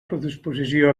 predisposició